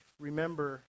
Remember